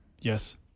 Yes